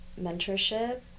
mentorship